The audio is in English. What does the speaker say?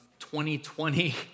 2020